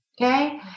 Okay